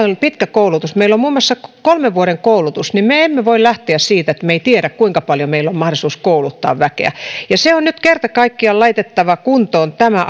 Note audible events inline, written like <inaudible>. <unintelligible> on pitkä koulutus meillä on muun muassa kolmen vuoden koulutus me emme voi lähteä siitä että me emme tiedä kuinka paljon meillä on mahdollisuus kouluttaa väkeä se on nyt kerta kaikkiaan laitettava kuntoon tämä <unintelligible>